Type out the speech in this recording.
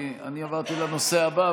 אני עברתי לנושא הבא,